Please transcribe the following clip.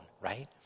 right